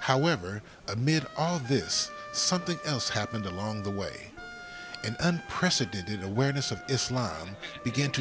however amid all of this something else happened along the way an unprecedented awareness of islam begin to